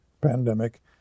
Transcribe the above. pandemic